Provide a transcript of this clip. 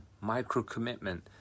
micro-commitment